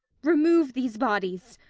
remove these bodies.